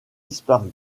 disparu